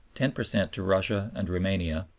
ten per cent to russia and roumania,